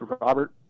Robert